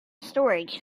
storage